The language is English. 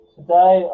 Today